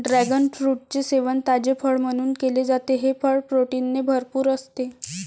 dragon फ्रूटचे सेवन ताजे फळ म्हणून केले जाते, हे फळ प्रोटीनने भरपूर असते